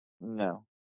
no